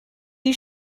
you